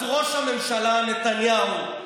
אז ראש הממשלה נתניהו,